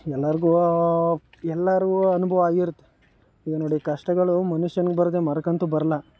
ಎಲ್ಲರಿಗೂ ಎಲ್ಲರಿಗೂ ಅನುಭವ ಆಗಿರುತ್ತೆ ಈಗ ನೋಡಿ ಕಷ್ಟಗಳು ಮನುಷ್ಯನ್ಗೆ ಬರದೇ ಮರಕ್ಕಂತೂ ಬರೋಲ್ಲ